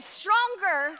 stronger